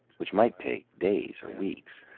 which might take days or weeks.